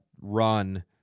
run